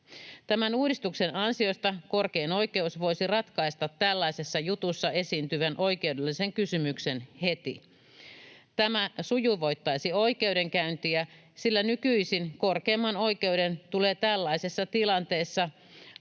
Tämän uudistuksen ansiosta korkein oikeus voisi ratkaista tällaisessa jutussa esiintyvän oikeudellisen kysymyksen heti. Tämä sujuvoittaisi oikeudenkäyntiä, sillä nykyisin korkeimman oikeuden tulee tällaisessa tilanteessa